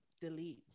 delete